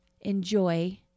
enjoy